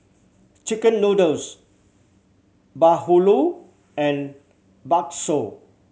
chicken noodles bahulu and bakso